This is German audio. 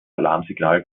alarmsignal